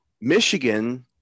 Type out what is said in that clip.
Michigan